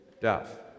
death